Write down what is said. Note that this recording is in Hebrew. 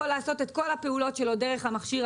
שיכול לעשות את כל הפעולות דרך מכשיר.